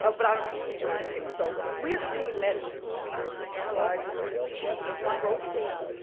ah but i um recently joined the team. so we as a team met the school leaders to analyze the student achievement and growth data.